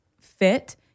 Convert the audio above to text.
fit